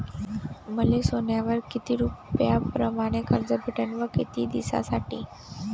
मले सोन्यावर किती रुपया परमाने कर्ज भेटन व किती दिसासाठी?